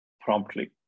promptly